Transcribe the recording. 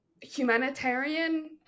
humanitarian